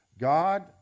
God